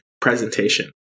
presentation